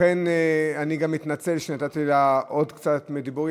לכן אני גם מתנצל שנתתי לה עוד קצת לדבר.